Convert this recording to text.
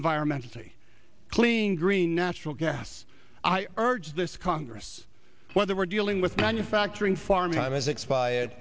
environmentally clean green natural gas urge this congress whether we're dealing with manufacturing farming has expired